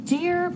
Dear